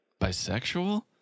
bisexual